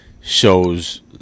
shows